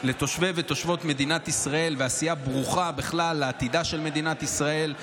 לתושבי ותושבות מדינת ישראל ועשייה ברוכה בכלל לעתידה של מדינת ישראל.